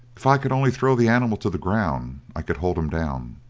if i could only throw the animal to the ground i could hold him down.